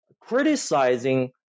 criticizing